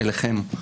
אליכם.